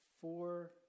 four